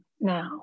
now